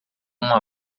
uma